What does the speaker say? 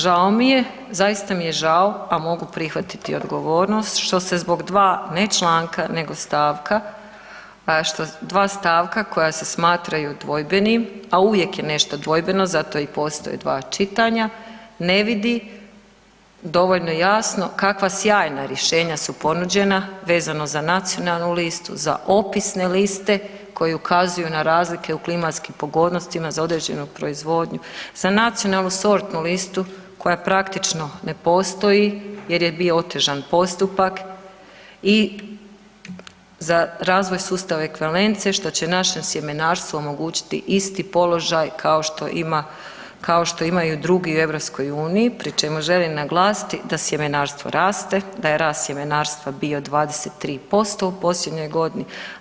Žao mi je, zaista mi je žao a mogu prihvatiti odgovornost što se zbog dva ne članka nego stavka, dva stavka koja se smatraju dvojbenim a uvijek je nešto dvojbeno zato i postoje dva čitanja ne vidi dovoljno jasno kakva sjajna rješenja su ponuđena vezano za nacionalnu listu, za opisne liste koje ukazuju na razlike u klimatskim pogodnostima za određenu proizvodnju, za nacionalnu sortnu listu koja praktično ne postoji jer je bio otežan postupak i za razvoj sustava ekvivalencije što će našem sjemenarstvu omogućiti isti položaj kao što imaju i drugi u EU pri čemu želim naglasiti da sjemenarstvo raste, da je rast sjemenarstva bio 23% u posljednjoj godini.